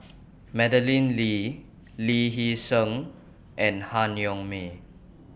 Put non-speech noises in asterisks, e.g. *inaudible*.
*noise* Madeleine Lee Lee Hee Seng and Han Yong May